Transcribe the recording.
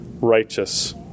righteous